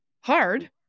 hard